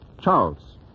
Charles